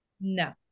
No